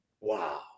Wow